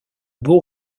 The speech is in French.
beau